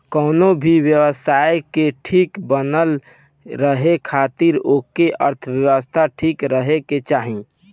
कवनो भी व्यवस्था के ठीक बनल रहे खातिर ओकर अर्थव्यवस्था ठीक रहे के चाही